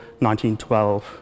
1912